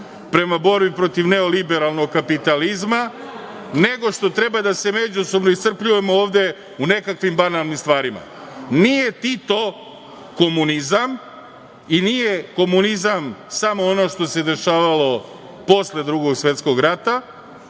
prema borbi protiv neoliberalnog kapitalizma, nego što treba da se međusobno iscrpljujemo ovde o nekakvim banalnim stvarima. Nije Tito komunizam i nije komunizam samo ono što se dešavalo posle Drugog svetskog rata.